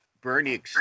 Bernie